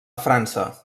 frança